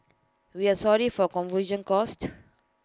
we are sorry for confusion caused